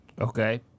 Okay